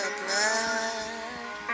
blood